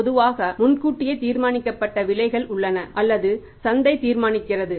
பொதுவாக முன்கூட்டியே தீர்மானிக்கப்பட்ட விலைகள் உள்ளன அல்லது சந்தை தீர்மானிக்கிறது